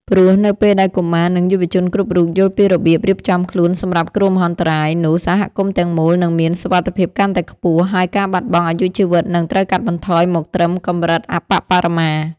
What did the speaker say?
ព្រោះនៅពេលដែលកុមារ និងយុវជនគ្រប់រូបយល់ពីរបៀបរៀបចំខ្លួនសម្រាប់គ្រោះមហន្តរាយ នោះសហគមន៍ទាំងមូលនឹងមានសុវត្ថិភាពកាន់តែខ្ពស់ ហើយការបាត់បង់អាយុជីវិតនឹងត្រូវកាត់បន្ថយមកត្រឹមកម្រិតអប្បបរមា។